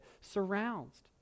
surrounds